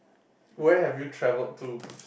where have you traveled to